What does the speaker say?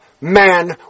man